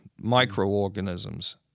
Microorganisms